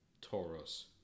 Taurus